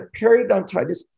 periodontitis